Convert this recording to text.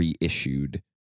reissued